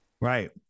Right